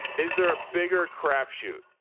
is there a bigger crapshoot?